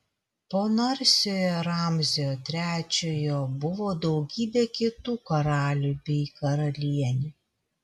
po narsiojo ramzio trečiojo buvo daugybė kitų karalių bei karalienių